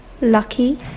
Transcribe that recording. lucky